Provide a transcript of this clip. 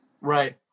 Right